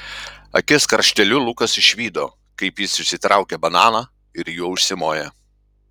akies krašteliu lukas išvydo kaip jis išsitraukia bananą ir juo užsimoja